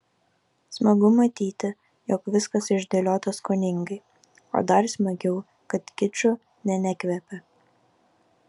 smagu matyti jog viskas išdėliota skoningai o dar smagiau kad kiču nė nekvepia